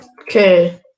Okay